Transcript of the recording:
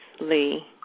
Lee